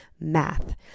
math